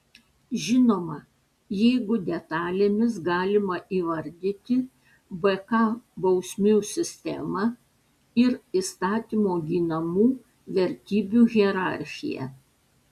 žinoma jeigu detalėmis galima įvardyti bk bausmių sistemą ir įstatymo ginamų vertybių hierarchiją